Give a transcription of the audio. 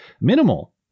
minimal